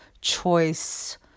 choice